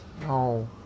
No